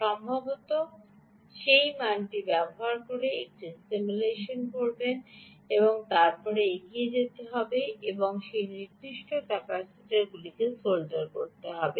সম্ভবত সেই মানটি ব্যবহার করে একটি সিমুলেশন করবে এবং তারপরে এগিয়ে যেতে হবে এবং সেই নির্দিষ্ট ক্যাপাসিটরকে সোল্ডার করতে হবে